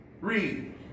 Read